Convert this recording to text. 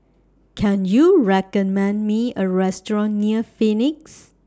Can YOU recommend Me A Restaurant near Phoenix